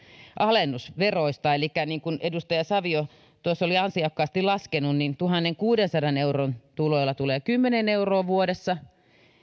alennus veroista elikkä niin kuin edustaja savio tuossa oli ansiokkaasti laskenut tuhannenkuudensadan euron tuloilla tulee kymmenen euroa vuodessa